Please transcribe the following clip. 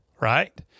right